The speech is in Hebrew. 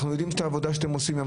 אנחנו יודעים את העבודה שאתם עושים,